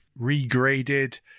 regraded